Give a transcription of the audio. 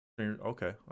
Okay